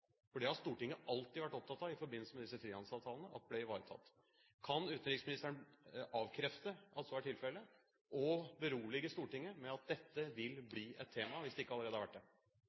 har Stortinget alltid vært opptatt av i forbindelse med disse frihandelsavtalene at ble ivaretatt. Kan utenriksministeren avkrefte at så er tilfellet, og berolige Stortinget med at dette vil bli et tema hvis det ikke allerede har vært det?